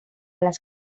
las